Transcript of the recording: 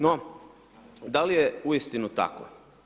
No, da li je uistinu tako?